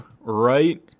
right